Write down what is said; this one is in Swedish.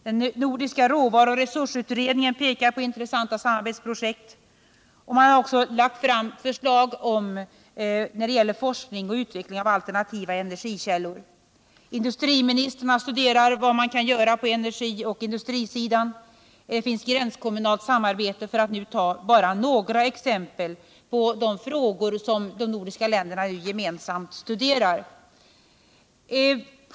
Den nordiska råvaruresursutredningen pekar på intressanta samarbetsprojekt, och förslag har också lagts fram när det gäller forskning och utveckling av alternativa energikällor. Industriministrarna studerar vad som kan göras på energisidan, och det förekommer vidare ett gränskommunalt samarbete, för att nu bara ta några exempel på frågor som de nordiska länderna gemensamt studerar.